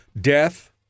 death –